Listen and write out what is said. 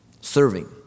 Serving